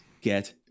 Get